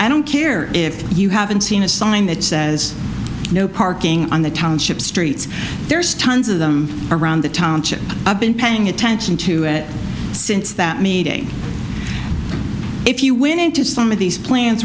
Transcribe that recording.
i don't care if you haven't seen a sign that says no parking on the township streets there's tons of them around the township i've been paying attention to it since that meeting if you went into some of these plan